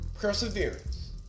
perseverance